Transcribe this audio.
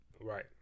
Right